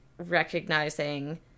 recognizing